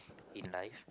in life